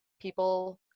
people